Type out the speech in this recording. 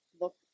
look